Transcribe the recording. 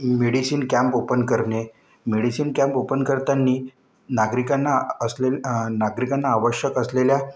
medicine camp open करणे medicine camp open करताना नागरिकांना असलेल्या नागरिकांना आवश्यक असलेल्या